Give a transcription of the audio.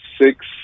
six